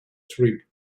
trip